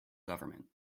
government